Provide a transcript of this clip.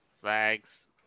flags